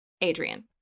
Adrian